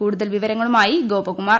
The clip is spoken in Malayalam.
കൂടുതൽ വിവരങ്ങളുമായി ഗ്നോപ്പകുമാർ